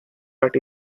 but